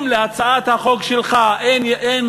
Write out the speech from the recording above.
אם להצעת החוק שלך אין